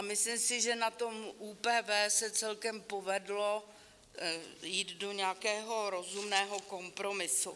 Myslím si, že na ÚPV se celkem povedlo jít do nějakého rozumného kompromisu.